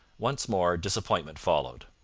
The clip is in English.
once more disappointment followed.